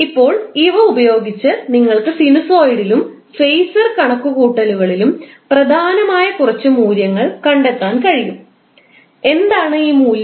ഇപ്പോൾ ഇവ ഉപയോഗിച്ച് നിങ്ങൾക്ക് സിനുസോയിഡിലും ഫേസർ കണക്കുകൂട്ടലുകളിലും പ്രധാനമായ കുറച്ച് മൂല്യങ്ങൾ കണ്ടെത്താൻ കഴിയും എന്താണ് ഈ മൂല്യങ്ങൾ